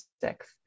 six